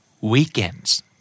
Weekends